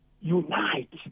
unite